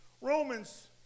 Romans